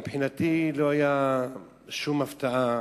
מבחינתי לא היתה שום הפתעה